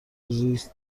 زیست